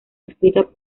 escritas